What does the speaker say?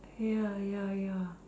ya ya ya